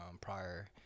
prior